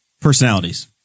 Personalities